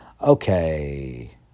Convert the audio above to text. Okay